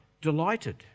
delighted